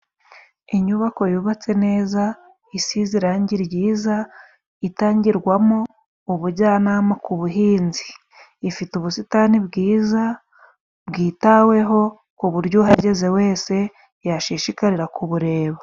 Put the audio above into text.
Inyubako yubatse neza, isize irangi ryiza, itangirwamo ubujyanama ku buhinzi, ifite ubusitani bwiza bwitaweho, ku buryo uhageze wese yashishikarira kubureba.